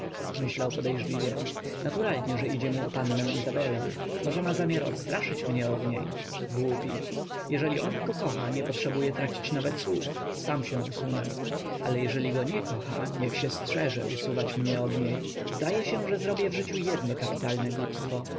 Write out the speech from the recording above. myślał podejrzliwie naturalnie że idzie mu o pannę izabelę może ma zamiar odstraszyć mnie od niej głupi jeżeli ona go kocha nie potrzebuje tracić nawet słów sam się usunę ale jeżeli go nie kocha niech się strzeże usuwać mnie od niej zdaje się że zrobię w życiu jedno kapitalne głupstwo